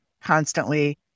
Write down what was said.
constantly